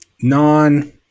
non